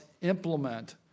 implement